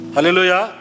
Hallelujah